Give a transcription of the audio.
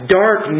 dark